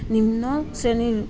নিম্ন শ্ৰেণীৰ